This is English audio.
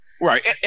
Right